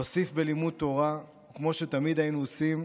להוסיף בלימוד תורה, "כמו שתמיד היינו עושים,